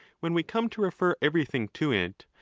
when we come to refer everything to it,